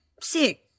Sick